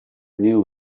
knew